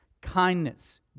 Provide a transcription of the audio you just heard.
kindness